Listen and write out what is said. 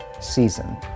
season